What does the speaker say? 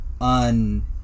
un